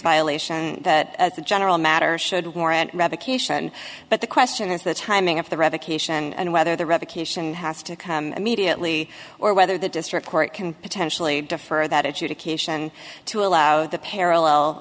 violation that as a general matter should warrant revocation but the question is the timing of the revocation and whether the revocation has to come immediately or whether the district court can potentially defer that adjudication to allow the parallel